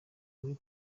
muri